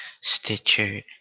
Stitcher